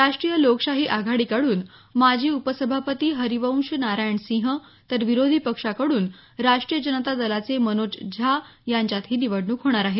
राष्ट्रीय लोकशाही आघाडीकडून माजी उपसभापती हरिवंश नारायणसिंह तर विरोधी पक्षांकडून राष्ट्रीय जनता दलाचे मनोज झा यांच्यात ही निवडणूक होणार आहे